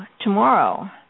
tomorrow